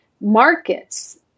markets